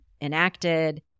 enacted